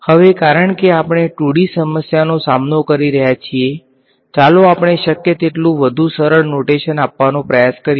હવે કારણ કે આપણે 2D સમસ્યાનો સામનો કરી રહ્યા છીએ ચાલો આપણે શક્ય તેટલું વધુ સરળ નોટેશન આપવાનો પ્રયાસ કરીએ